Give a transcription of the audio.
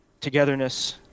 togetherness